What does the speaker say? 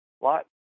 lot